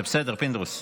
זה בסדר, פינדרוס.